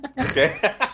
Okay